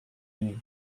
ini